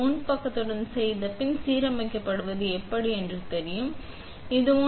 இது முன் பக்கத்துடன் செய்தபின் சீரமைக்கப்படுவது எப்படி என்று எனக்குத் தெரியுமா